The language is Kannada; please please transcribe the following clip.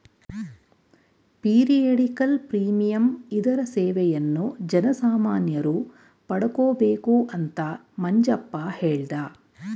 ಪೀರಿಯಡಿಕಲ್ ಪ್ರೀಮಿಯಂ ಇದರ ಸೇವೆಯನ್ನು ಜನಸಾಮಾನ್ಯರು ಪಡಕೊಬೇಕು ಅಂತ ಮಂಜಪ್ಪ ಹೇಳ್ದ